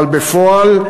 אבל בפועל,